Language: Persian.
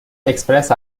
اکسپرس